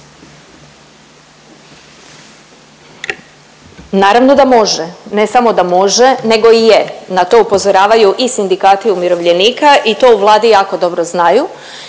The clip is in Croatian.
Naravno da može, ne samo da može nego i je, na to upozoravaju i Sindikati umirovljenika i to u Vladi jako dobro znaju,